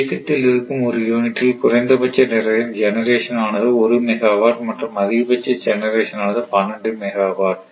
இயக்கத்தில் இருக்கும் ஒரு யூனிட்டில் குறைந்தபட்ச ஜெனரேஷன் ஆனது ஒரு மெகாவாட் மற்றும் அதிகபட்ச ஜெனரேஷன் ஆனது 12 மெகாவாட்